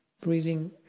breathing